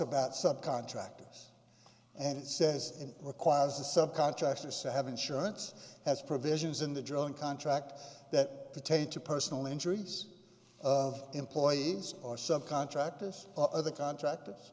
about subcontractors and it says it requires a subcontractor so have insurance has provisions in the drawing contract that pertain to personal injuries of employees or subcontractors other contract